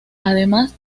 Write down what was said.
además